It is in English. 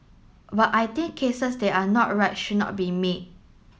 but I think cases that are not right should not be made